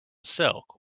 silk